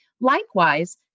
Likewise